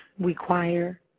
require